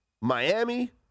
Miami